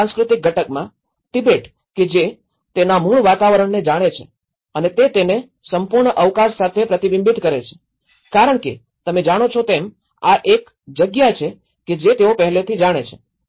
એક સાંસ્કૃતિક ઘટકમાં તિબેટ કે જે તેના મૂળ વાતાવરણને જાણે છે અને તે તેને સંપૂર્ણ અવકાશ સાથે પ્રતિબિંબિત કરે છે કારણ કે તમે જાણો છો એમ આ તે જગ્યા છે કે જે તેઓ પહેલાથી જાણે છે